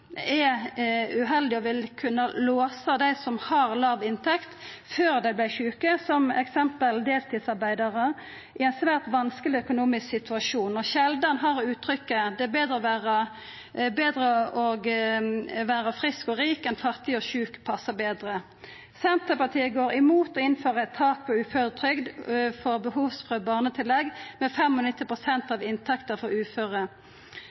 er uheldig og vil kunna låsa dei som hadde låg inntekt før dei vart sjuke, t.d. deltidsarbeidarar, i ein svært vanskeleg økonomisk situasjon. Sjeldan har uttrykket «det er betre å vera frisk og rik enn fattig og sjuk» passa betre. Senterpartiet går imot å innføra eit tak på uføretrygd for behovsprøvd barnetillegg med